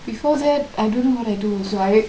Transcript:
before that I don't know what I do also I